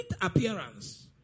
appearance